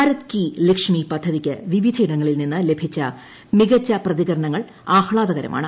ഭാരത് കി ലക്ഷ്മി പദ്ധതിക്ക് വിവിധയിടങ്ങളിൽ നിന്ന് ലഭിച്ച മികച്ച പ്രതികരണങ്ങൾ ആഹ്താദകരമാണ്